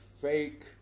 fake